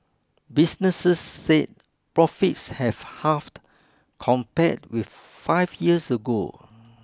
businesses said profits have halved compared with five years ago